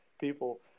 people